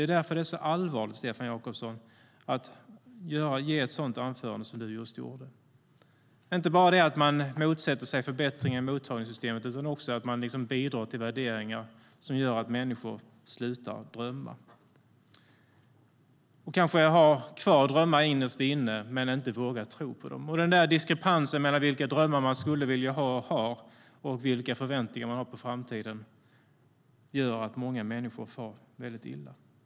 Därför är det allvarligt, Stefan Jakobsson, att hålla ett sådant anförande som du just gjorde. Då motsätter man sig inte bara förbättringar i mottagningssystemet utan bidrar också till värderingar som gör att människor slutar att drömma. De kanske har kvar sina drömmar innerst inne men vågar inte tro på dem. Diskrepansen mellan de drömmar människor skulle vilja ha och har och de förväntningar de har på framtiden gör att många far väldigt illa.